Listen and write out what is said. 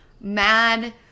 mad